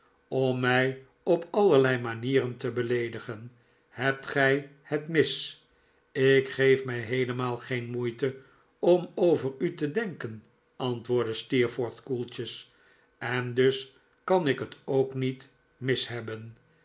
om mij op allerlei manieren te beleedigen hebt gij het mis ik geef mij heelemaal geen moeite om over u te denken antwoordde steerforth koeltjes en dus kan ik het ook niet mis hebben